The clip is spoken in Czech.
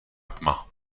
tma